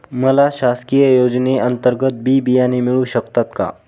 मला शासकीय योजने अंतर्गत बी बियाणे मिळू शकतात का?